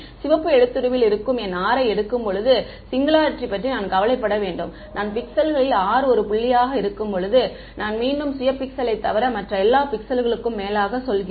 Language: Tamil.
சிவப்பு எழுத்துருவில் இருக்கும் என் r ஐ எடுக்கும்போது சிங்குலாரிட்டி பற்றி நான் கவலைப்பட வேண்டும் நான் பிக்சலில் r ஒரு புள்ளியாக இருக்கும்போது நான் மீண்டும் சுய பிக்சலைத் தவிர மற்ற எல்லா பிக்சல்களுக்கும் மேலாக சொல்கிறேன்